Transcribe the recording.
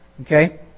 Okay